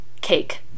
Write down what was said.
cake